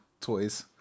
toys